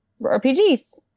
RPGs